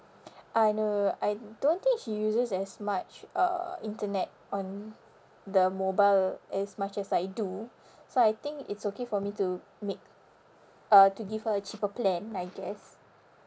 uh no I don't think she uses as much uh internet on the mobile as much as I do so I think it's okay for me to make uh to give her a cheaper plan I guess